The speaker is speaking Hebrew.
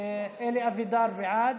אלי אבידר, בעד,